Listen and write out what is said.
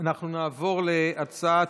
אנחנו נעבור להצעת,